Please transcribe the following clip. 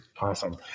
Awesome